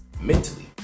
mentally